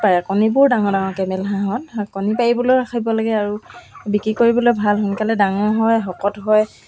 আজৰি সময় আছিলে তেতিয়া মোৰ তেতিয়া মই এম্ব্ৰইডাৰী মানে বহুতখিনিয়ে পাৰি গ'লোঁ কৰিবলৈ